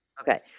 Okay